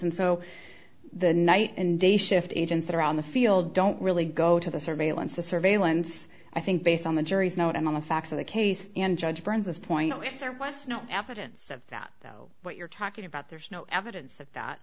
and so the night and day shift agents that are on the field don't really go to the surveillance the surveillance i think based on the jury's not on the facts of the case and judge burns this point if there was no evidence of what you're talking about there's no evidence of that